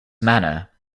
manner